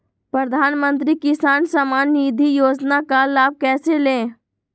प्रधानमंत्री किसान समान निधि योजना का लाभ कैसे ले?